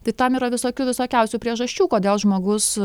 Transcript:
tai tam yra visokių visokiausių priežasčių kodėl žmogus